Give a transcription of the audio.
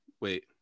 Wait